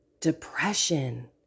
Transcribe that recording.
depression